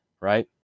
right